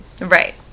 Right